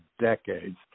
decades